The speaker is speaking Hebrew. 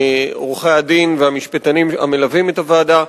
עורכי-הדין והמשפטנים המלווים את הוועדה.